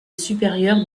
supérieur